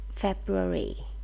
February